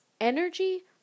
energy